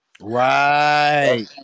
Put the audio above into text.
Right